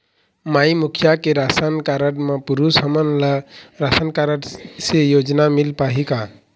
माई मुखिया के राशन कारड म पुरुष हमन ला राशन कारड से योजना मिल पाही का?